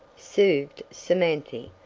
soothed samanthy.